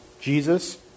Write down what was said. Jesus